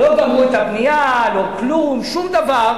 לא גמרו את הבנייה, לא כלום, שום דבר.